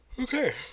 Okay